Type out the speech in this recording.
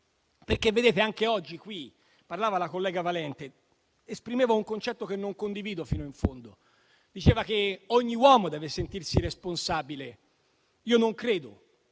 dichiarazioni. Anche oggi, in quest'Aula, la collega Valente esprimeva un concetto che non condivido fino in fondo, ovvero che ogni uomo deve sentirsi responsabile. Io non credo